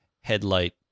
headlight